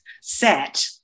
set